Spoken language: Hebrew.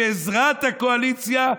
בעזרת הקואליציה,